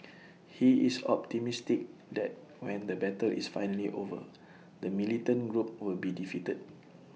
he is optimistic that when the battle is finally over the militant group will be defeated